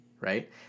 Right